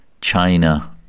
China